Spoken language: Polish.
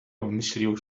obmyślił